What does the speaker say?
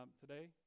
today